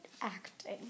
acting